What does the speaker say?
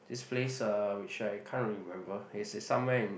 this place uh which I can't remember is is somewhere in